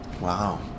Wow